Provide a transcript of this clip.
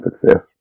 success